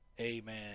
amen